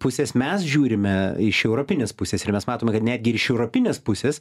pusės mes žiūrime iš europinės pusės ir mes matome kad netgi iš europinės pusės